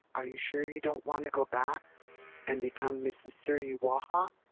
are you sure you don't want to go back and become mrs. suruwaha?